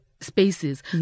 Spaces